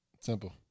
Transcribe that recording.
Simple